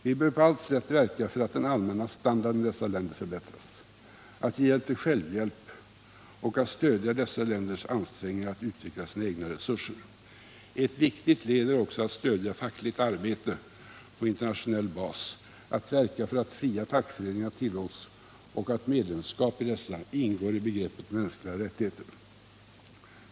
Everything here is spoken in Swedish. Vi bör på allt sätt verka för att den allmänna standarden i dessa länder förbättras, att ge hjälp till självhjälp och att stödja dessa länders ansträngningar att utveckla sina egna resurser. Ett viktigt led är också att stödja fackligt arbete på internationell bas, att verka för att fria fackföreningar tillåts och att medlemskap i dessa ingår i begreppet mänskliga rättigheter.